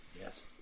yes